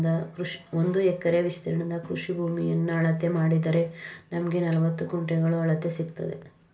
ಒಂದು ಎಕರೆ ವಿಸ್ತೀರ್ಣದ ಕೃಷಿ ಭೂಮಿಯನ್ನ ಅಳತೆ ಮಾಡಿದರೆ ನಮ್ಗೆ ನಲವತ್ತು ಗುಂಟೆಗಳ ಅಳತೆ ಸಿಕ್ತದೆ